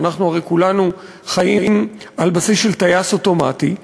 ואנחנו הרי כולנו חיים על בסיס של טייס אוטומטי,